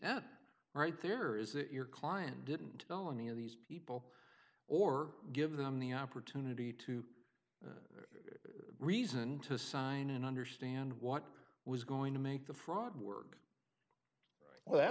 that right there is that your client didn't know any of these people or give them the opportunity to reason to sign and understand what was going to make the fraud work well